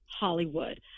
Hollywood